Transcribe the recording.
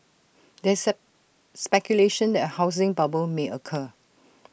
there is speculation that A housing bubble may occur